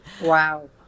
wow